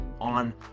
on